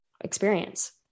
experience